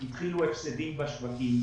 התחילו ההפסדים בשווקים